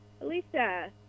Alicia